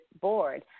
board